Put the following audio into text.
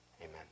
Amen